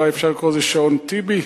אולי אפשר לקרוא לזה "שעון טיבי",